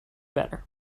better